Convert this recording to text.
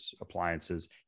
appliances